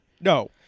No